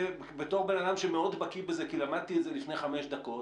בתור בן אדם שמאוד בקיא בזה כי למדתי את זה לפני חמש דקות,